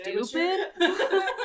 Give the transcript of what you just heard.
stupid